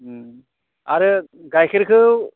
आरो गाइखेरखौ